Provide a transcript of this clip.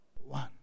one